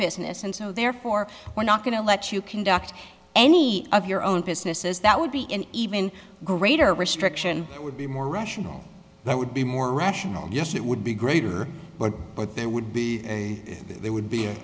business and so therefore we're not going to let you conduct any of your own businesses that would be an even greater restriction it would be more rational that would be more rational yes it would be greater but but they would be a they would be a